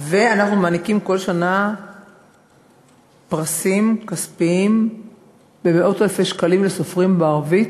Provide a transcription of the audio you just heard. ואנחנו מעניקים כל שנה פרסים כספיים במאות אלפי שקלים לסופרים בערבית,